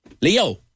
Leo